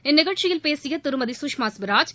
இந்நிகழ்ச்சியில் பேசிய திருமதி சுஷ்மா ஸ்வராஜ்